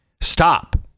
stop